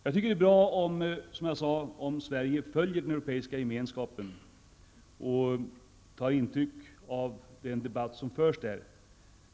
Jag tycker som sagt att det är bra om Sverige följer den europeiska gemenskapen och tar intryck av den debatt som där förs.